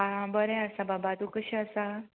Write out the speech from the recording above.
आं बरें आसा बाबा तूं कशें आसा